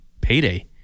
payday